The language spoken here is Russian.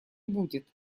будет